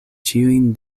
ĉiujn